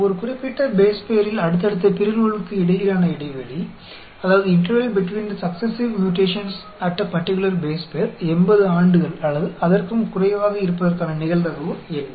ஒரு குறிப்பிட்ட பேஸ் பேரில் அடுத்தடுத்த பிறழ்வுகளுக்கு இடையிலான இடைவெளி 80 ஆண்டுகள் அல்லது அதற்கும் குறைவாக இருப்பதற்கான நிகழ்தகவு என்ன